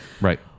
right